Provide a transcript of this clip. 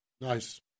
Nice